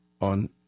on